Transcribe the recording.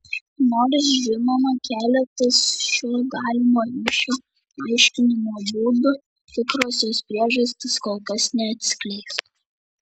nors žinoma keletas šio galimo ryšio aiškinimo būdų tikrosios priežastys kol kas neatskleistos